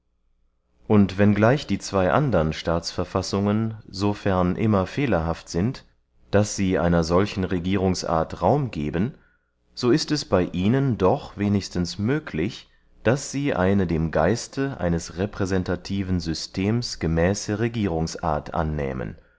und wenn gleich die zwey andern staatsverfassungen so fern immer fehlerhaft sind daß sie einer solchen regierungsart raum geben so ist es bey ihnen doch wenigstens möglich daß sie eine dem geiste eines repräsentativen systems gemäße regierungsart annähmen